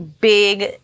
big